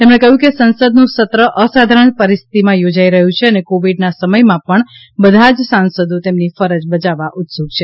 તેમણે કહ્યું કે સંસદનું સત્ર અસાધારણ પરિસ્થિતિમાં યોજાઈ રહ્યું છે અને કોવિડના સમયમાં પણ બધા જ સાંસદો તેમની ફરજ બજાવવા ઉત્સુક છે